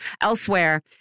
elsewhere